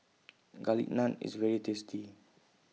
Garlic Naan IS very tasty